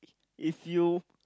if you